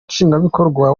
nshingwabikorwa